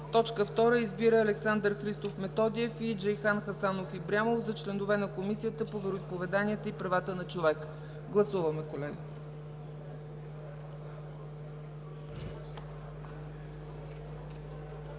човека. 2. Избира Александър Христов Методиев и Джейхан Хасанов Ибрямов за членове на Комисията по вероизповеданията и правата на човека.” Гласуваме, колеги.